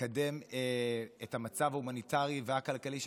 לקדם את המצב ההומניטרי והכלכלי של